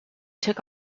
took